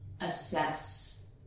assess